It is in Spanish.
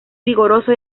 vigoroso